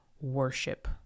worship